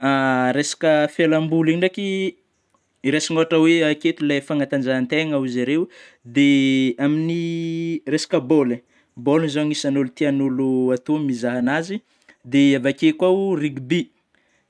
Resaka filam-boly io ndraiky, i raisin'ny ohatra we aketo le fanatanjahantegna ozy areo, de amin'ny resaka bôly, bôly zao anisany ôlo, tian'ôlô atao ny mizaha agnazy, dia avy akeo koa ringby,